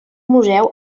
museu